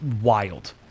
wild